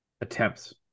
attempts